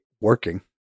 working